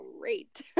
great